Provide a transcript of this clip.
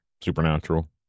supernatural